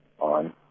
on